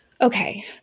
okay